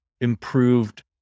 improved